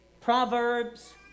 Proverbs